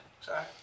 Sorry